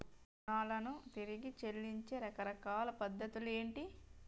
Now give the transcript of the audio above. రుణాలను తిరిగి చెల్లించే రకరకాల పద్ధతులు ఏంటి?